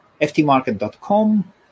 Ftmarket.com